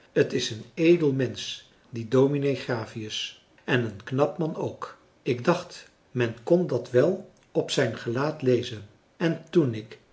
t is een edel mensch die dominee gravius en een knap man ook ik dacht men kon dat wel op zijn gelaat lezen en toen ik